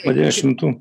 po dviejų šimtų